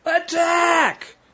attack